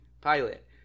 pilot